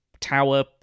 tower